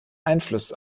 einfluss